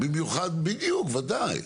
בדיוק, בוודאי.